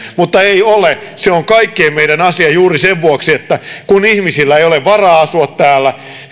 mutta ei ole se on kaikkien meidän asia juuri sen vuoksi että kun ihmisillä ei ole varaa asua täällä